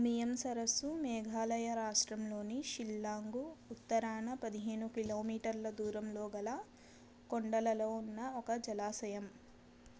ఉమియం సరస్సు మేఘాలయ రాష్ట్రంలోని షిల్లాంగు ఉత్తరాన పదిహేను కిలోమీటర్ల దూరంలో గల కొండలలో ఉన్న ఒక జలాశయం